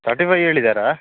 thirty five ಹೇಳಿದ್ದಾರೆ